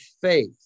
faith